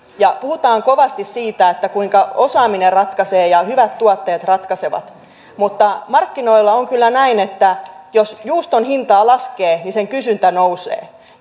puhutaan kovasti siitä kuinka osaaminen ratkaisee ja hyvät tuotteet ratkaisevat mutta markkinoilla on kyllä näin että jos juuston hintaa laskee sen kysyntä nousee